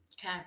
Okay